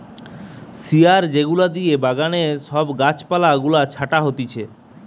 শিয়ার যেগুলা দিয়ে বাগানে সব গাছ পালা গুলা ছাটা হতিছে